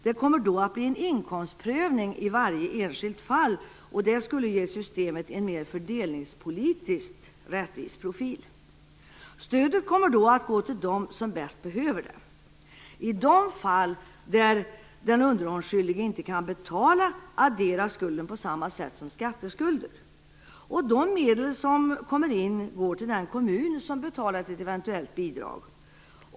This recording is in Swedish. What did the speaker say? Det kommer då att bli en inkomstprövning i varje enskilt fall, vilket ger systemet en mer fördelningspolitiskt rättvis profil. Stödet kommer att gå till dem som bäst behöver det. I de fall då den underhållsskyldige inte kan betala adderas skulden på samma sätt som skatteskulder. De medel som kommer in går till den kommun som betalat ett eventuellt bidrag.